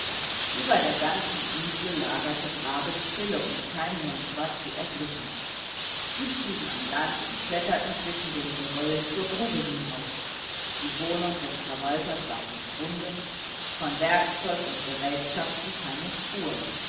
über der ganzen insel lagerte grabesstille und kein mensch war zu erblicken sie stiegen an land und kletterten zwischen dem geröll zur grube hinauf die wohnung des verwalters war verschwunden von werkzeug und gerätschaften keine spur